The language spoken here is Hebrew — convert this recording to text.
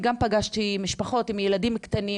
אני פגשתי משפחות עם ילדים קטנים,